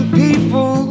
people